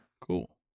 Cool